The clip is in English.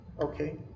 Okay